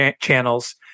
channels